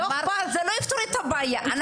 זה לא יפתור את הבעיה.